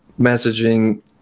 messaging